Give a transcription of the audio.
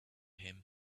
him